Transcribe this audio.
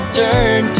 turn